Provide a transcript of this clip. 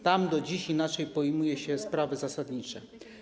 Tam do dziś inaczej pojmuje się sprawy zasadnicze.